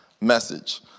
message